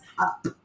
up